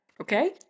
Okay